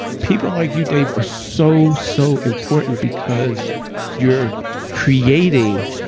people like you, dave are so, so important because you're creating